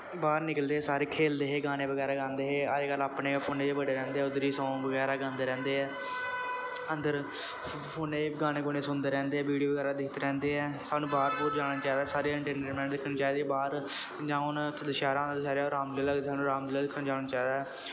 बाह्र निकलदे हे सारे खेलदे हे गाने बगैरा गांदे हे अज्जकल अपने फोनै च बड़े रैंह्दे ऐं उद्धर ई सांग बगैरा गांदे रैंह्दे ऐं अन्दर फोनै च गाने गूने सुनदे रैंह्दे ऐ वीडियो बगैरा दिखदे रैंह्दे ऐ सानू बाह्र बूह्र जाना चाहिदा सारे इंटरनेट दिक्खने चाहिदे बाह्र जियां हून थल्लै शैह्र सैड राम लीला सानू राम लीला दिक्खन जाना चाहिदा ऐ